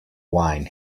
wine